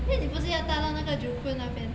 then 你不是要搭到那个 joo koon 那边